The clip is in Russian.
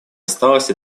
осталась